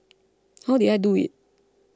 how did I do it